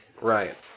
Right